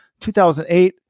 2008